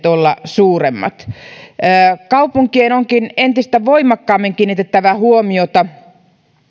olla suuremmat kaupunkien onkin entistä voimakkaammin kiinnitettävä huomiota